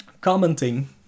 commenting